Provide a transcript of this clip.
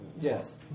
Yes